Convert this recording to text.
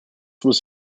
was